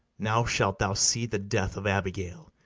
now shalt thou see the death of abigail,